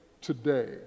today